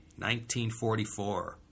1944